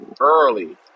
early